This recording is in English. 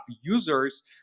users